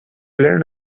learn